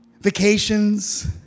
vacations